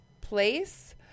place